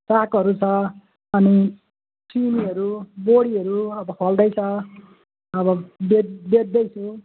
सागहरू छ अनि सिमीहरू बोडीहरू अब फल्दैछ अब बेच् बेच्दैछु